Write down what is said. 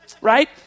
Right